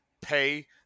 pay